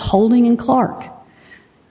holding in clark